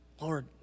Lord